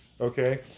Okay